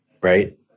right